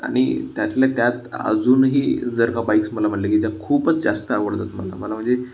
आणि त्यातल्या त्यात अजूनही जर का बाईक्स मला म्हणाले की ज्या खूपच जास्त आवडतात मला मला म्हणजे